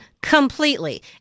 completely